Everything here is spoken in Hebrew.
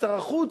שר החוץ,